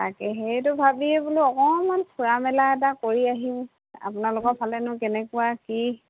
তাকে সেইটো ভাবি বোলো অকণমান ফুৰা মেলা এটা কৰি আহিম আপোনালোকৰ ফালেনো কেনেকুৱা কি